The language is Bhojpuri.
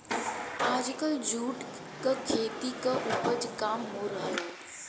आजकल जूट क खेती क उपज काम हो रहल हौ